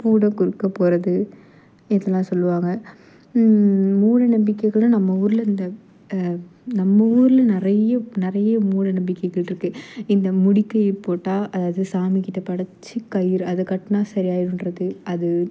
பூனை குறுக்கே போவது இதெல்லாம் சொல்லுவாங்க மூட நம்பிக்கைகளை நம்ம ஊரில் இந்த நம்ம ஊரில் நிறைய நிறைய மூட நம்பிக்கைகள் இருக்குது இந்த முடிகயிறு போட்டால் அதாவது சாமிக்கிட்டே படைச்சி கயிறு அதை கட்டினா சரியாகிடும்ன்றது அது